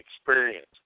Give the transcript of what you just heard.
experience